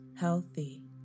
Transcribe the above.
healthy